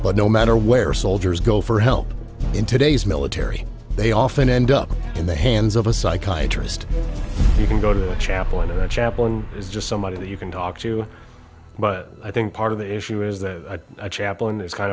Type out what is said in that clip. but no matter where soldiers go for help in today's military they often end up in the hands of a psychiatry list you can go to chapel in a chaplain is just somebody that you can talk to but i think part of the issue is that a chaplain is kind